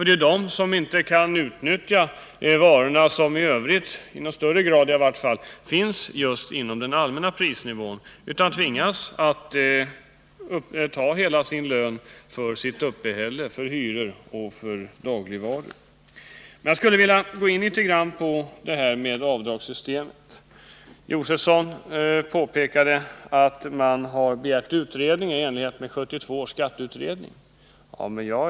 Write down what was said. Det är de som inte kan utnyttja fördelarna med de varor som följer den allmänna prisnivån, utan tvingas använda hela lönen för sitt uppehälle, dvs. för hyror och dagligvaror. Jag skulle vilja gå in något också på diskussionen om avdragssystemet. Stig Josefson påpekade att utskottet begärt en utredning i enlighet med 1972 års skatteutrednings förslag.